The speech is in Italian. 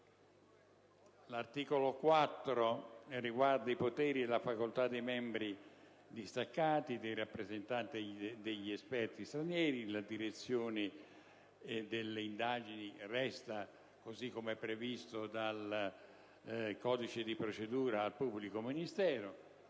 L'articolo 4 riguarda i poteri e la facoltà dei membri distaccati dei rappresentanti e degli esperti stranieri. La direzione delle indagini resta - così com'è previsto dal codice di procedura penale - al pubblico ministero